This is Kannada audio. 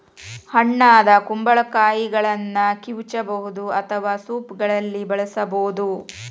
ಹಣ್ಣಾದ ಕುಂಬಳಕಾಯಿಗಳನ್ನ ಕಿವುಚಬಹುದು ಅಥವಾ ಸೂಪ್ಗಳಲ್ಲಿ ಬಳಸಬೋದು